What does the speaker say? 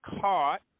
caught